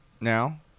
Now